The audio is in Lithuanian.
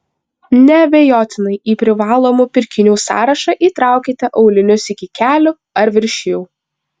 neabejotinai į privalomų pirkinių sąrašą įtraukite aulinius iki kelių ar virš jų